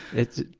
it's,